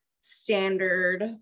standard